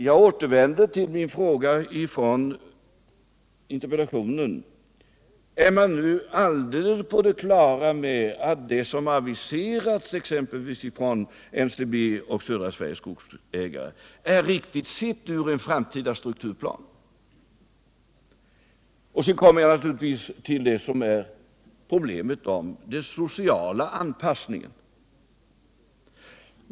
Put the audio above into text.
Jag återvänder dock till min fråga i interpellationen: Är man nu alldeles på det klara med att de åtgärder som aviseras, t.ex. från NCB och Södra Sveriges skogsägare, är riktiga med hänsyn till en framtida strukturplan? Och så kommer jag naturligtvis till problemet med den sociala anpassningen.